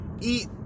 eat